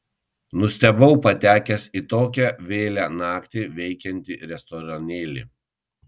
nustebau patekęs į tokią vėlią naktį veikiantį restoranėlį